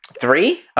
Three